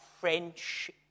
French